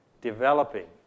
Developing